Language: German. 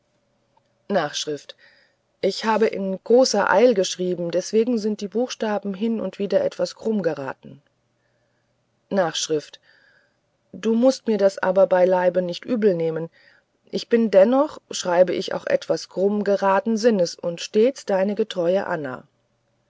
s ich habe in gar großer eil geschrieben deswegen sind die buchstaben hin und wieder etwas krumm geraten n s du mußt mir das aber beileibe nicht übelnehmen ich bin dennoch schreibe ich auch etwas krumm geraden sinnes und stets deine getreue anna